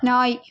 நாய்